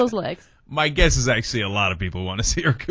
like my guess is actually a lot of people wants your car